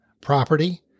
property